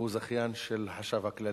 והוא זכיין של החשב הכללי.